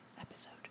episode